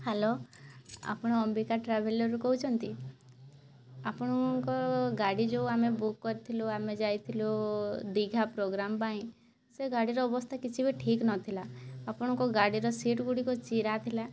hello ଆପଣ ଅମ୍ବିକା ଟ୍ରାଭେଲର୍ରୁ କହୁଛନ୍ତି ଆପଣଙ୍କ ଗାଡ଼ି ଯେଉଁ ଆମେ ବୁକ୍ କରିଥିଲୁ ଆମେ ଯାଇଥିଲୁ ଦୀଘା ପ୍ରୋଗ୍ରାମ୍ ପାଇଁ ସେ ଗାଡ଼ିର ଅବସ୍ଥା କିଛି ବି ଠିକ୍ ନଥିଲା ଆପଣଙ୍କ ଗାଡ଼ିର ସିଟ୍ଗୁଡ଼ିକ ଚିରା ଥିଲା